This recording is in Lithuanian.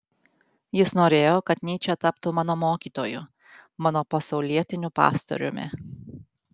jis norėjo kad nyčė taptų mano mokytoju mano pasaulietiniu pastoriumi